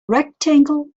rectangle